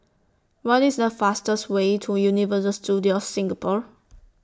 What IS The fastest Way to Universal Studios Singapore